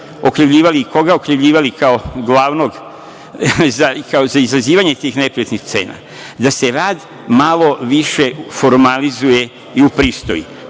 okrivljivali i koga okrivljivali kao glavnog za izazivanje tih neprijatnih scena, da se rad malo više formalizuje i upristoji.